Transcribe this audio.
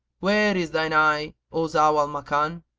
where is thine eye, o zau al makan?